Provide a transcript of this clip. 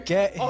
Get